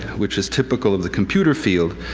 which is typical of the computer field,